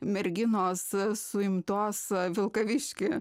merginos suimtos a vilkavišky